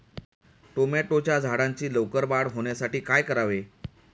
टोमॅटोच्या झाडांची लवकर वाढ होण्यासाठी काय करावे?